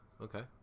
okay